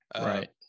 Right